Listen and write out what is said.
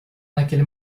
naquele